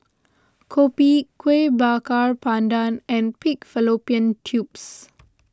Kopi Kueh Bakar Pandan and Pig Fallopian Tubes